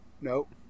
nope